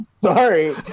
Sorry